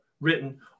written